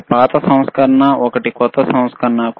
ఒకటి పాత సంస్కరణ ఒకటి కొత్త సంస్కరణ